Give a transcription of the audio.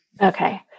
Okay